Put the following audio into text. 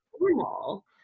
normal